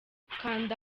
kanda